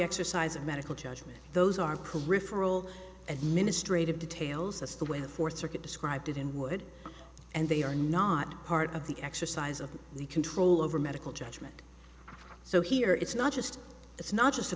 exercise of medical judgment those are cool referral administrative details that's the way the fourth circuit described it in would and they are not part of the exercise of the control over medical judgment so here it's not just it's not just a